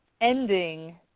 ending